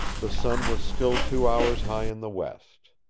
the sun was still two hours high in the west.